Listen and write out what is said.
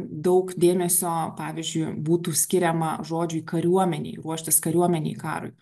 daug dėmesio pavyzdžiui būtų skiriama žodžiui kariuomenei ruoštis kariuomenei karui